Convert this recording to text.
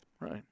Right